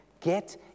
get